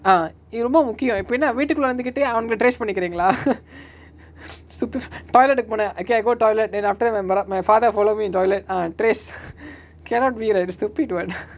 ah இது ரொம்ப முக்கியோ இப்ப என்னா வீட்டுகுள்ள வந்துகிட்டு அவனுங்கள:ithu romba mukkiyo ippa ennaa veetukulla vanthukittu avanungala trace பண்ணிகுரிங்களா:pannikuringalaa suptu toilet கு போன:ku pona okay I go toilet then after that my mara~ my father follow me to toilet ah trace cannot be really stupid [what]